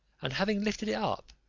and having lifted it up,